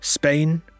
Spain